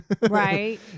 right